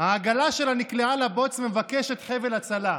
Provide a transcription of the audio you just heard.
שהעגלה שלה נקלעה לבוץ, ומבקשת חבל הצלה.